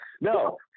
No